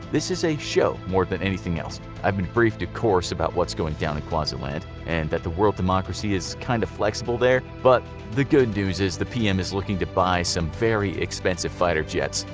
this is a show more than anything else. i've been briefed of course about what's going down quasiland and that the word democracy is kinda kind of flexible there, but the good news is the pm is looking to buy some very expensive fighter jets.